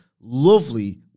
lovely